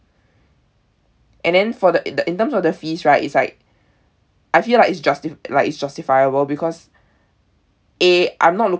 and then for the the in terms of the fees right it's like I feel like it's just like it's justifiable because eh I'm not